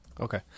Okay